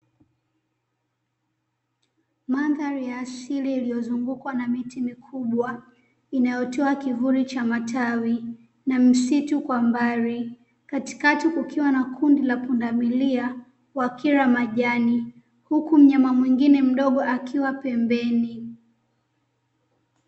Mandhari ya asili iliyozungukwa na miti mikubwa inayotoa kivuli cha matawi na msitu kwa mbali, kaktikati kukiwa na kundi la pundamilia wakila majani huku mnyama mwingine mdogo akiwa pembeni.